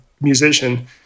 musician